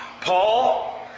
Paul